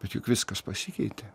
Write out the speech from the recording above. bet juk viskas pasikeitė